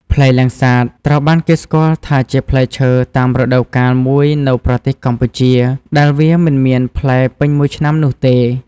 ផ្លែលាំងសាត ត្រូវបានគេស្គាល់ថាជាផ្លែឈើតាមរដូវកាលមួយនៅប្រទេសកម្ពុជា ដែលវាមិនមានផ្លែពេញមួយឆ្នាំនោះទេ។